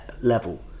level